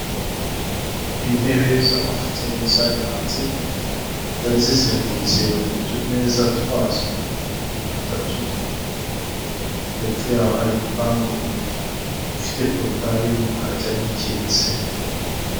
Intebe z'amafuteye zari hanze, zari zizengurutse utumeza twazo dutatu, hepfo yaho hari igipangu gifite porotaye y'umukara cyari gikinze.